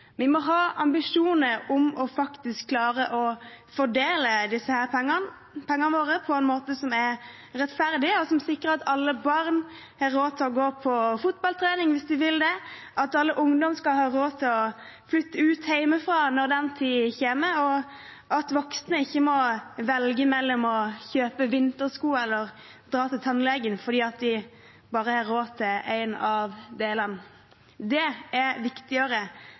Vi må ha ambisjoner om faktisk å klare å fordele pengene våre på en måte som er rettferdig, og som sikrer at alle barn har råd til å gå på fotballtrening hvis de vil det, at all ungdom skal ha råd til å flytte ut hjemmefra når den tid kommer, og at voksne ikke må velge mellom å kjøpe vintersko eller å dra til tannlegen fordi de bare har råd til en av delene. Det er viktigere